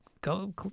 go